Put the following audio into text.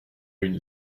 une